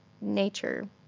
nature